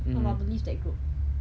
want to leave that group